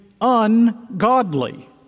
ungodly